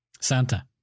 Santa